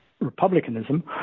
republicanism